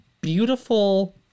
beautiful